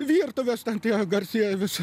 virtuvės ten tie garsieji visi